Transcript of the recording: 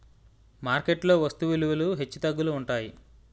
market లో వస్తు విలువలు హెచ్చుతగ్గులు ఉంటాయి